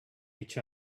each